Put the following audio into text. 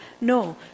No